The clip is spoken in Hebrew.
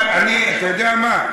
אתה יודע מה?